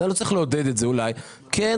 אז אולי לא צריך לעודד את זה אבל כן רוצה